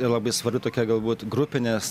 ir labai svarbi tokia galbūt grupinės